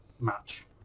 match